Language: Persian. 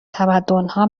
تمدنها